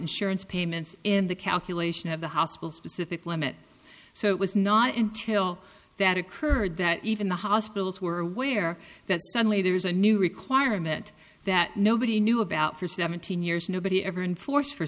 insurance payments in the calculation of the hospital specific limit so it was not until that occurred that even the hospitals were aware that suddenly there was a new requirement that nobody knew about for seventeen years nobody ever enforce for